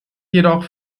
jedoch